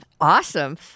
Awesome